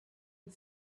and